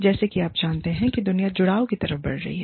जैसे कि आप जानते हैं दुनिया जुड़ाव की तरफ बढ़ रही है